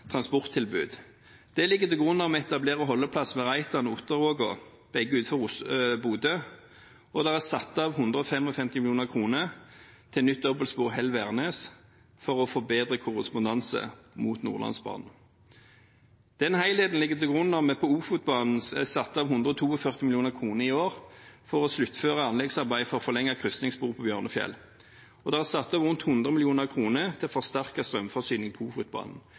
transporttilbud. Det ligger til grunn når vi etablerer holdeplass ved Reitan/Otteråga, begge utenfor Bodø, og det er satt av 155 mill. kr til nytt dobbeltspor Hell–Værnes for å få bedre korrespondanse mot Nordlandsbanen. Denne helheten ligger til grunn når vi på Ofotbanen har satt av 142 mill. kr i år for å sluttføre anleggsarbeid for å forlenge kryssingsspor på Bjørnfjell, og det er satt av rundt 100 mill. kr til å forsterke strømforsyningen på Ofotbanen,